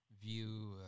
view